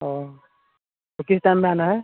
ओह तो किस टाइम में आना है